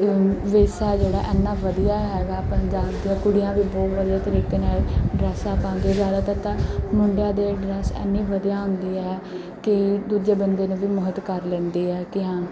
ਵਿ ਵਿਰਸਾ ਜਿਹੜਾ ਇੰਨਾਂ ਵਧੀਆ ਹੈਗਾ ਪੰਜਾਬ ਦੀਆਂ ਕੁੜੀਆਂ ਵੀ ਬਹੁਤ ਵਧੀਆ ਤਰੀਕੇ ਨਾਲ ਡਰੈੱਸਾਂ ਪਾਉਂਦੇ ਜ਼ਿਆਦਾਤਰ ਤਾਂ ਮੁੰਡਿਆਂ ਦੇ ਡਰੈੱਸ ਇੰਨੀ ਵਧੀਆ ਹੁੰਦੀ ਹੈ ਕਿ ਦੂਜੇ ਬੰਦੇ ਨੂੰ ਵੀ ਮੋਹਿਤ ਕਰ ਲੈਂਦੀ ਹੈ ਕਿ ਹਾਂ